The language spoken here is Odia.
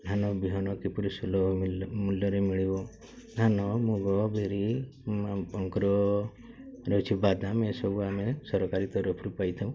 ଧାନ ବିହନ କିପରି ସୁଲଭ ମୂଲ୍ୟରେ ମିଳିବ ଧାନ ମୁଗ ବିରି ରହୁଛି ବାଦାମ ଏସବୁ ଆମେ ସରକାରୀ ତରଫରୁ ପାଇଥାଉ